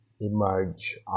emerge